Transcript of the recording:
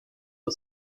the